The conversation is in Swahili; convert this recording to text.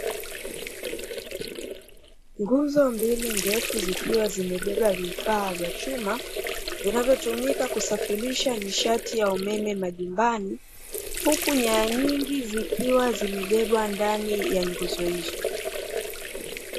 Nguzo mbili ndefu zikiwa zimebeba vifaa vya chuma vinavyotumika kusafirisha nishati ya umeme majumbani, huku nyaya nyingi zikiwa zimebebwa ndani ya nguzo hizo.